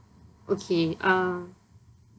okay uh